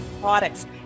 products